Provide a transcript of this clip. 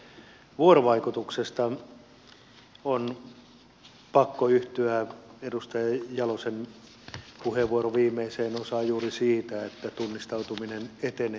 on pakko yhtyä edustaja jalosen puheenvuoron viimeiseen osaan juuri siinä että tunnistautuminen etenee